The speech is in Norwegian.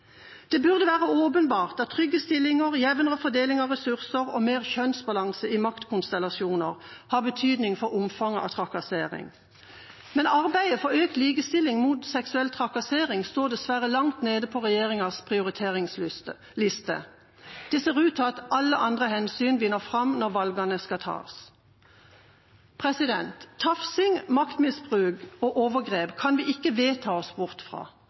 Det burde være åpenbart at trygge stillinger, jevnere fordeling av ressurser og større kjønnsbalanse i maktkonstellasjoner har betydning for omfanget av trakassering. Men arbeidet for økt likestilling og mot seksuell trakassering står dessverre langt nede på regjeringas prioriteringsliste. Det ser ut til at alle andre hensyn vinner fram når valgene skal tas. Tafsing, maktmisbruk og overgrep kan vi ikke vedta oss bort fra,